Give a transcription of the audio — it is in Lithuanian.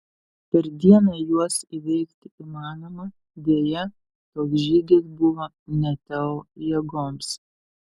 per dieną juos įveikti įmanoma deja toks žygis buvo ne teo jėgoms